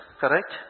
correct